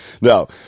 No